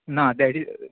ना देड